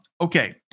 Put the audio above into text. Okay